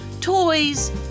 Toys